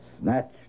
snatched